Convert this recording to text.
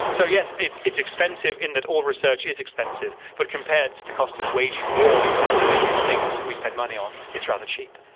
so yes, it's it's expensive in that all research is expensive, but compared to the cost of waging war and the ludicrous things we spend money on, it's rather cheap.